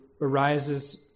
arises